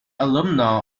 alumna